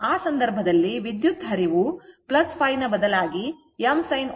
ಆ ಸಂದರ್ಭದಲ್ಲಿ ವಿದ್ಯುತ್ ಹರಿವು ϕ ನ ಬದಲಾಗಿ m sin ω t ϕ ಆಗಿರುತ್ತದೆ